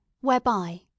whereby